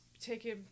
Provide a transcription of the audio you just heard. taking